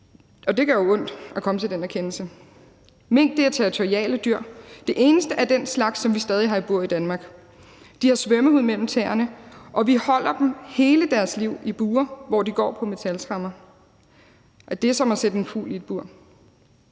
og det gør jo ondt at komme til den erkendelse. Mink er territoriale dyr – den eneste af den slags, som vi stadig har i bur i Danmark. De har svømmehud mellem tæerne, og vi holder dem hele deres liv i bure, hvor de går på metaltremmer, og det er som at sætte en fugl i bur.